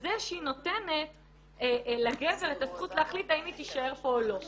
בזה שהיא נותנת לגבר את הזכות להחליט האם היא תישאר פה או לא.